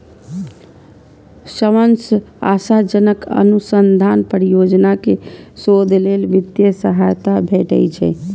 सबसं आशाजनक अनुसंधान परियोजना कें शोध लेल वित्तीय सहायता भेटै छै